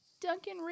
duncan